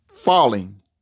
falling